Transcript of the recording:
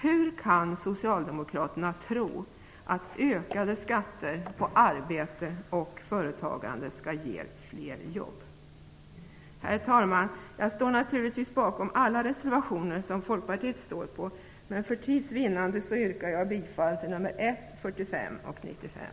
Hur kan socialdemokraterna tro att ökade skatter på arbete och företagande skall ge fler jobb? Herr talman! Jag står naturligtvis bakom alla de reservationer som Folkpartiet står med på, men för tids vinnande yrkar jag endast bifall till reservationerna nr 1, 45 och 49.